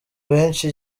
benshi